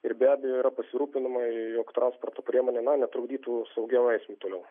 ir be abejo yra pasirūpinama jog transporto priemonė netrukdytų saugiam eismui toliau